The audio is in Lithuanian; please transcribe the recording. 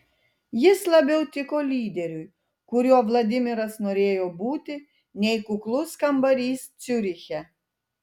jis labiau tiko lyderiui kuriuo vladimiras norėjo būti nei kuklus kambarys ciuriche